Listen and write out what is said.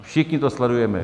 Všichni to sledujeme.